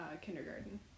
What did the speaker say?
kindergarten